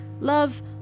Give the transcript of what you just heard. love